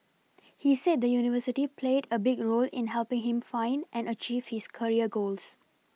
he said the university played a big role in helPing him find and achieve his career goals